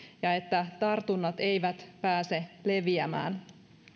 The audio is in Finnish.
ja että tartunnat eivät pääse leviämään